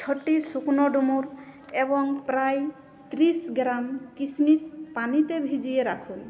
ছটি শুকনো ডুমুর এবং প্রায় ত্রিশ গ্রাম কিশমিশ পানিতে ভিজিয়ে রাখুন